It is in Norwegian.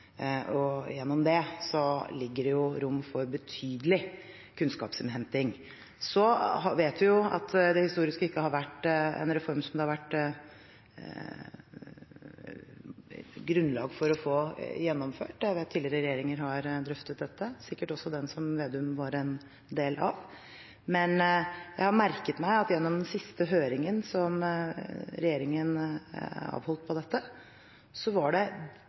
og gjennom det er det rom for betydelig kunnskapsinnhenting. Så vet vi at det historisk ikke har vært en reform som det har vært grunnlag for å få gjennomført. Jeg vet at tidligere regjeringer har drøftet dette – sikkert også den som representanten Slagsvold Vedum var del av – men jeg har merket meg at gjennom den siste høringen som regjeringen avholdt om dette, var det